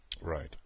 Right